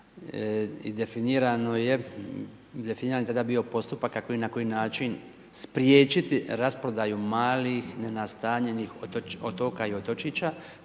prvokupa i definiran je tada bio postupak kako i na koji način spriječiti rasprodaju malih nenastanjenih otoka i otočića